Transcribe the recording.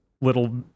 little